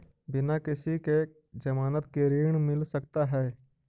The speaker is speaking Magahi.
बिना किसी के ज़मानत के ऋण मिल सकता है?